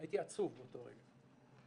הייתי עצוב באותו רגע.